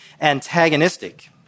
antagonistic